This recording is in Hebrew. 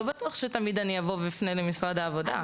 לא בטוחה שאפנה למשרד העבודה.